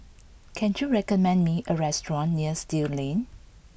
can you recommend me a restaurant near Still Lane